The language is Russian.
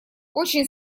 очень